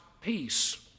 peace